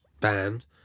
band